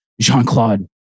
Jean-Claude